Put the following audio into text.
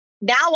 now